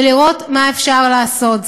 ולראות מה אפשר לעשות.